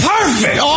Perfect